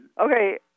Okay